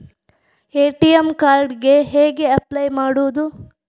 ATM card ಗೆ ಹೇಗೆ apply ಮಾಡುವುದು?